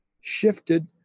shifted